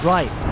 Right